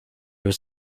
was